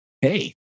hey